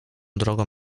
drogą